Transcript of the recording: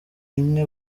imwe